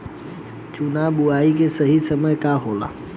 चना बुआई के सही समय का होला?